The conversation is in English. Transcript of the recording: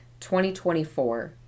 2024